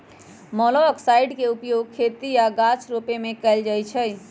मोलॉक्साइड्स के उपयोग खेती आऽ गाछ रोपे में कएल जाइ छइ